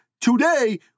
Today